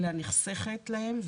אלא נחסכת להם.